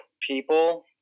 people